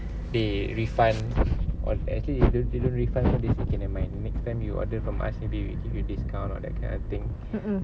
they refund or actually even didn't refund they say okay nevermind next time you order from us maybe we give you discount or that kind of thing